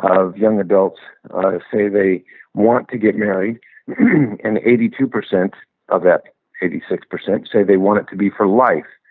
of young adults say they want to get married and eighty two percent of that eighty six percent say they want it to be for life.